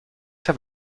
have